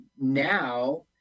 now